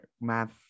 math